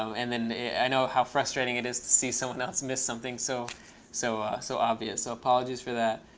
and then i know how frustrating it is to see someone else miss something so so so obvious. so apologies for that.